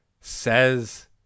says